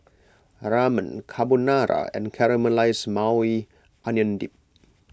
Ramen Carbonara and Caramelized Maui Onion Dip